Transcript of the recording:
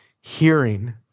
hearing